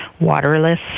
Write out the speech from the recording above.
waterless